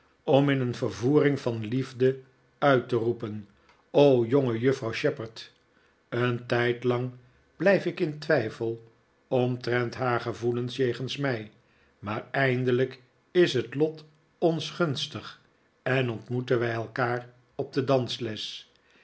om in een vervoering van liefde uit te roepen o jongejuffrouw shepherd een tijdlang blijf ik in twijfel omtrent haar gevoelens jegens mij maar eindelijk is het lot ons gunstig en ontmoeten wij elkaar op de dansles